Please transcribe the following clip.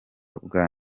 bwa